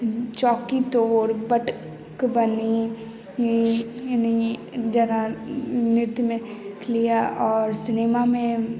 चौकी तोड़ पटक बनी जेना नृत्य मे राखि लीअ आओर सिनेमा मे